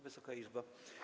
Wysoka Izbo!